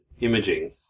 Imaging